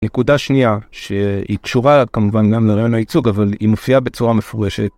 נקודה שנייה שהיא קשורה כמובן גם לרעיון הייצוג אבל היא מופיעה בצורה מפורשת.